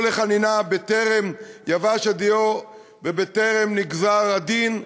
לחנינה בטרם יבש הדיו ובטרם נגזר הדין,